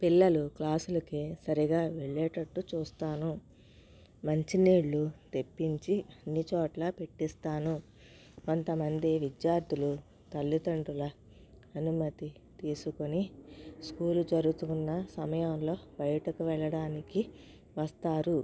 పిల్లలు క్లాసులకి సరిగా వెళ్ళేటట్టు చూస్తాను మంచినీళ్ళు తెప్పించి అన్ని చోట్లా పెట్టిస్తాను కొంతమంది విద్యార్థులు తల్లిదండ్రుల అనుమతి తీసుకుని స్కూలు జరుగుతున్న సమయంలో బయటకు వెళ్ళడానికి వస్తారు